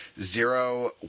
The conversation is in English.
zero